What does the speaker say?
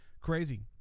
crazy